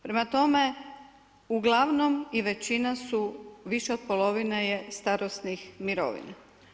Prema tome uglavnom i većina su više od polovine je starosnih mirovina.